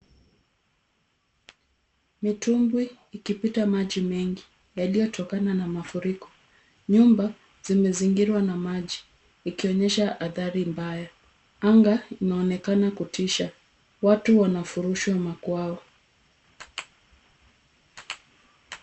Mitumbwi ikipita maji mengi yalitokana na mafuriko. Nyumba zimezingirwa na maji ikionyesha athari mbaya. Anga inaonekana kutisha. Watu wanafurushwa makwao.